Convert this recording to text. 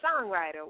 songwriter